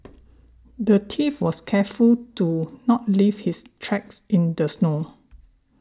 the thief was careful to not leave his tracks in the snow